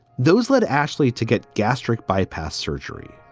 those led ashley to get gastric bypass surgery.